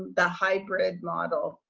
the hybrid model,